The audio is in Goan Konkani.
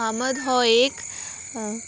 अहमद हो एक